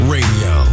Radio